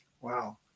Wow